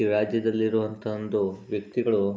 ಈ ರಾಜ್ಯದಲ್ಲಿ ಇರುವಂಥ ಒಂದು ವ್ಯಕ್ತಿಗಳು